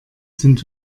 sind